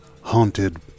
haunted